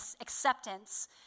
acceptance